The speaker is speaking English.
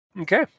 Okay